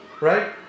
right